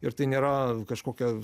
ir tai nėra kažkokia